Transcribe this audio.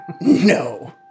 No